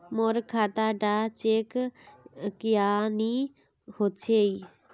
मोर खाता डा चेक क्यानी होचए?